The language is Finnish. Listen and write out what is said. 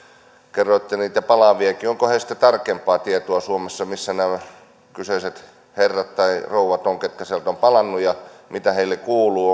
kerroitte heitä palaavankin onko heistä tarkempaa tietoa suomessa missä nämä kyseiset herrat tai rouvat ovat ketkä sieltä ovat palanneet ja mitä heille kuuluu